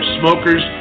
smokers